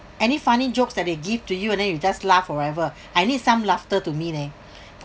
any funny jokes that they give to you and then you just laugh forever I need some laughter to me eh